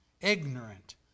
ignorant